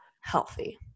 healthy